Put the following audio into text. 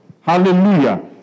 hallelujah